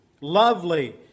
lovely